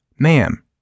Ma'am